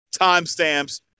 timestamps